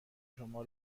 شما